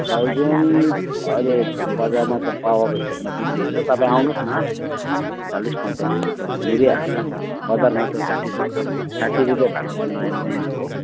बैगुन अहिले बजारमा त पावाको हिसाबमा बिक्री हुन्छ तपाईँ आउनुहोस् न चालिस पैँतालिस रुपियाँमा मिलिहाल्छ बजारमा त साठी सत्तरी साठी रुपियाँ भएकोमा नयाँ आएको